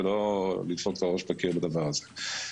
ולא לדפוק את הראש בקיר בדבר הזה.